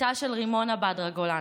בתה של רימונה בדרה גולן,